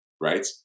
right